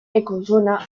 ecozona